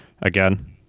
again